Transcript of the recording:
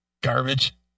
garbage